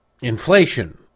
inflation